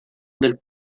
del